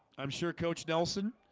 i'm sure coach nelson